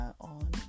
on